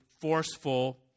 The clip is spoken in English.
forceful